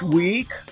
week